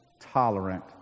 tolerant